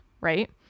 Right